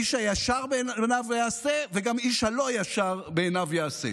איש הישר בעיניו יעשה" וגם איש הלא-ישר בעיניו יעשה.